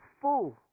full